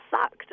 sucked